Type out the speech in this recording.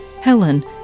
Helen